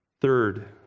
Third